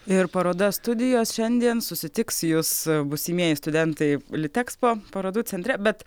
ir paroda studijos šiandien susitiks jus būsimieji studentai litexpo parodų centre bet